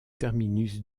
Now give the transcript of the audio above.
terminus